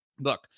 Look